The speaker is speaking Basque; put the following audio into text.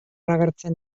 agertzen